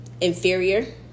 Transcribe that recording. inferior